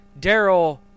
Daryl